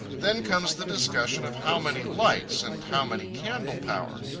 then comes the discussion of how many lights and how many candle-power.